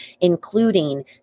including